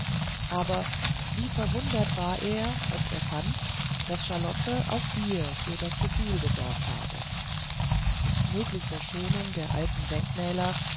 aber wie verwundert war er als er fand daß charlotte auch hier für das gefühl gesorgt habe mit möglichster schonung der alten denkmäler